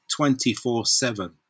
24-7